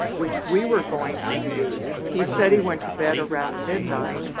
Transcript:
which we were going to use. he said he went to bed around midnight,